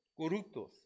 corruptos